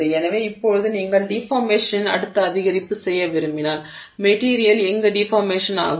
எனவே இப்போது நீங்கள் டிஃபார்மேஷனின் அடுத்த அதிகரிப்பு செய்ய விரும்பினால் மெட்டிரியல் எங்கு டிஃபார்மேஷன் ஆகும்